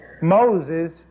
Moses